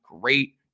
great